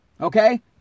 Okay